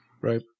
Right